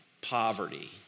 poverty